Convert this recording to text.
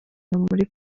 muri